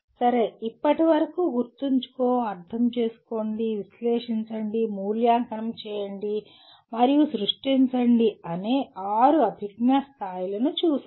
సరే ఇప్పటి వరకు గుర్తుంచుకో అర్థం చేసుకోండి విశ్లేషించండి మూల్యాంకనం చేయండి మరియు సృష్టించండి అనే ఆరు అభిజ్ఞా స్థాయిలను చూశాము